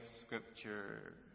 scripture